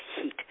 heat